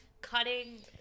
cutting